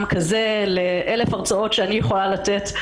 כזה ל-1,000 הרצאות שאני יכולה לתת,